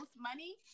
money